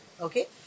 okay